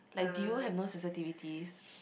like do you have no sensitivities